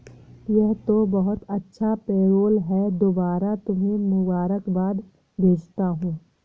यह तो बहुत अच्छा पेरोल है दोबारा तुम्हें मुबारकबाद भेजता हूं